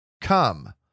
Come